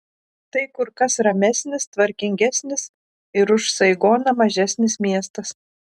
tai kur kas ramesnis tvarkingesnis ir už saigoną mažesnis miestas